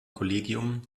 kollegium